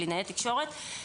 קלינאי תקשורת.